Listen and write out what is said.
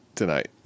tonight